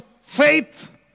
faith